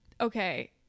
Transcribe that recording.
Okay